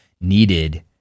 needed